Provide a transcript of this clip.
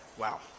Wow